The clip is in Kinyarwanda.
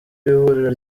w’ihuriro